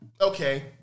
Okay